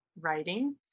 writing